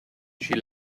she